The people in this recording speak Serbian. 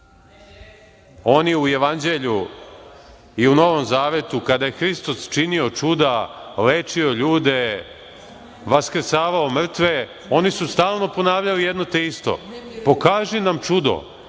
oni u Jevanđelju i u Novom zavetu, kada je Hristos činio čuda, lečio ljude, vaskrsavao mrtve, oni su stalno ponavljali jedno te isto - pokaži nam čudo,